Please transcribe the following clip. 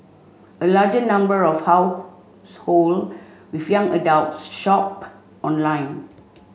a larger number of household with young adults shop online